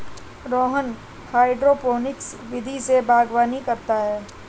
Rohan hydroponics विधि से बागवानी करता है